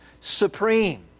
supreme